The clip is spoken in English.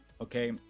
okay